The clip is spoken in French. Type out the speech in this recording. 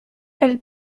elles